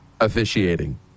officiating